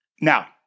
Now